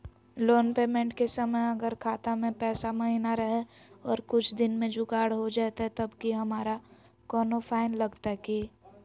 Loan payment के समय अगर खाता में पैसा महिना रहै और कुछ दिन में जुगाड़ हो जयतय तब की हमारा कोनो फाइन लगतय की?